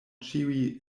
ĉiuj